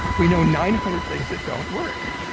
we know nine hundred things that don't work